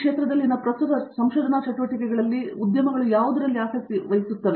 ಈ ಕ್ಷೇತ್ರದಲ್ಲಿನ ಪ್ರಸ್ತುತ ಸಂಶೋಧನಾ ಚಟುವಟಿಕೆಗಳಲ್ಲಿ ಅವರು ಯಾವುದಕ್ಕೆ ಆಸಕ್ತಿ ವಹಿಸುತ್ತಾರೆ